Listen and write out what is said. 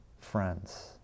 friends